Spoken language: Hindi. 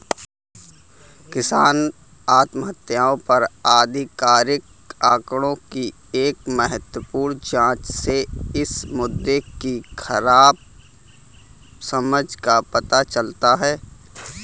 किसान आत्महत्याओं पर आधिकारिक आंकड़ों की एक महत्वपूर्ण जांच से इस मुद्दे की खराब समझ का पता चलता है